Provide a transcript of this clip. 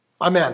Amen